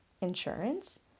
insurance